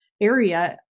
area